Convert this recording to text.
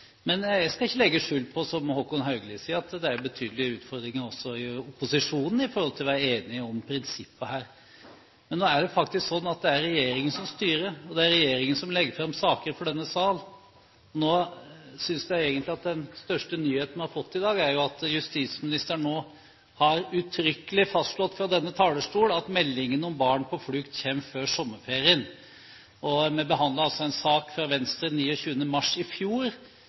Men jeg skal ikke legge skjul på – som Håkon Haugli sier – at det er betydelige utfordringer også i opposisjonen i forhold til å være enige om prinsippene her. Men nå er det faktisk slik at det er regjeringen som styrer, og det er regjeringen som legger fram saker for denne sal. Nå synes jeg egentlig at den største nyheten vi har fått i dag, er at justisministeren uttrykkelig har fastslått fra denne talerstol at meldingen om barn på flukt kommer før sommerferien. Vi behandlet altså en sak fra Venstre 29. mars i fjor,